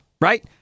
right